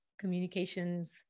communications